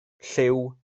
llyw